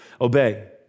obey